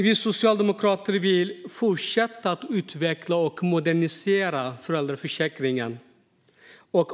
Vi socialdemokrater vill fortsätta att utveckla och modernisera föräldraförsäkringen.